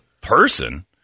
person